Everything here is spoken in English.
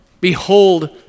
behold